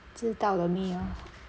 知道了没有:zhi dao le ma